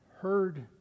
heard